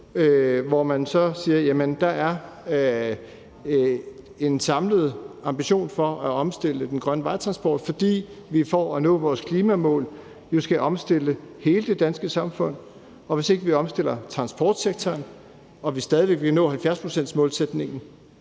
hvor man så siger, at der er en samlet ambition om at omstille den grønne vejtransport, fordi vi for at nå vores klimamål skal omstille hele det danske samfund, og hvis ikke vi omstiller transportsektoren og vi stadig væk vil nå 70-procentsmålsætningen,